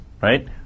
right